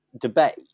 debate